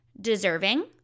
deserving